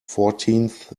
fourteenth